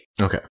Okay